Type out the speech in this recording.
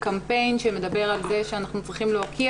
קמפיין שמדבר על זה שאנחנו צריכים להוקיע